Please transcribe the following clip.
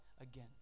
again